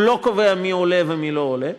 הוא לא קובע מי עולה ומי לא עולה,